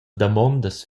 damondas